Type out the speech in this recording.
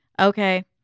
okay